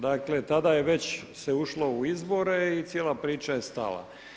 Dakle, tada je već ušlo u izbore i cijela priča je stala.